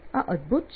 આ અદભુત છે